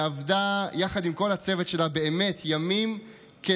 ועבדה יחד עם כל הצוות שלה באמת לילות